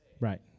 Right